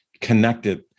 connected